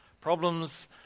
Problems